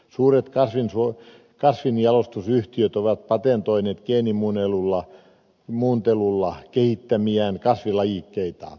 suuret kasvinjalostusyhtiöt ovat patentoineet geenimuuntelulla kehittämiään kasvilajikkeita